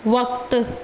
वक़्तु